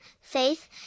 faith